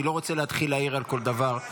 אני לא רוצה להתחיל להעיר על כל דבר.